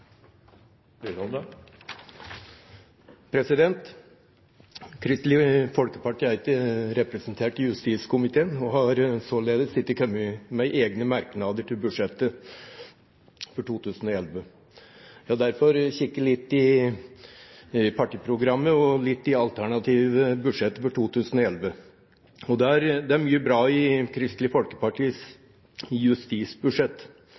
Kristelig Folkeparti er ikke representert i justiskomiteen og har således ikke kommet med egne merknader til budsjettet for 2011. Jeg har derfor kikket litt i partiprogrammet og i det alternative budsjettet for 2011. Det er mye bra i Kristelig Folkepartis